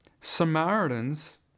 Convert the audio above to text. Samaritans